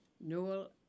Newell